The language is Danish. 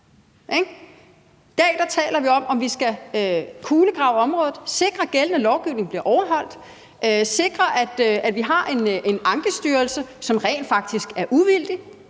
I dag taler vi om, om vi skal kulegrave området: sikre, at gældende lovgivning bliver overholdt, og sikre, at vi har en Ankestyrelse, som rent faktisk er uvildig.